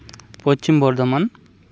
Paschim Bardhaman